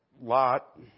Lot